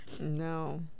No